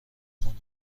کنم